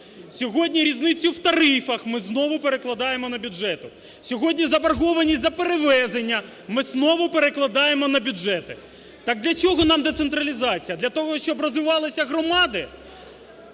Сьогодні різницю в тарифах ми знову перекладаємо на бюджети. Сьогодні заборгованість за перевезення ми знову перекладаємо на бюджети. Так для чого нам децентралізація? Для того, щоб розвивалися громади,